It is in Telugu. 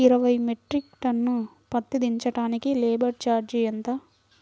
ఇరవై మెట్రిక్ టన్ను పత్తి దించటానికి లేబర్ ఛార్జీ ఎంత?